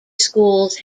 schools